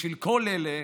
בשביל כל אלה